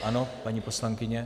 Ano, paní poslankyně?